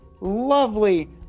lovely